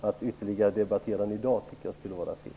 Att ytterligare debattera detta i dag tycker jag skulle vara fel.